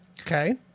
Okay